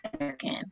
American